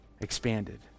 expanded